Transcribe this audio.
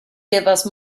give